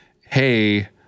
hey